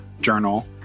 journal